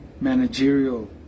managerial